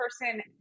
person